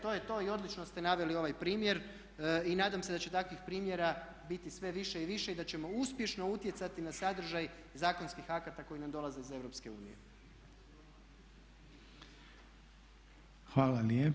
To je to i odlično ste naveli ovaj primjer i nadam se da će takvih primjera biti sve više i više i da ćemo uspješno utjecati na sadržaj zakonskih akata koji nam dolaze iz Europske unije.